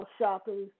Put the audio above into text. shopping